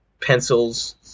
Pencils